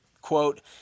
quote